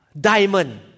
diamond